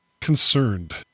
concerned